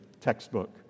textbook